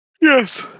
Yes